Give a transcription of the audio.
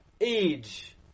age